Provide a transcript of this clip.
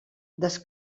des